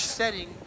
setting